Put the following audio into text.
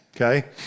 okay